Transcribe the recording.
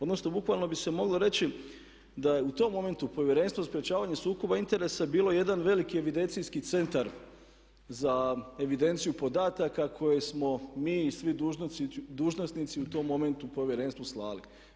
Ono što bukvalno bi se moglo reći da je u tom momentu Povjerenstvo o sprječavanju sukoba interesa bilo jedan veliki evidencijski centar za evidenciju podataka koje smo mi i svi dužnosnici u tom momentu povjerenstvu slali.